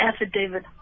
affidavit